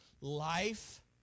Life